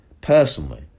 personally